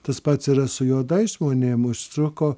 tas pats yra su juodais žmonėm užtruko